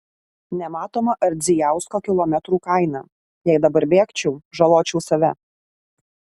nematoma ardzijausko kilometrų kaina jei dabar bėgčiau žaločiau save